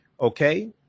Okay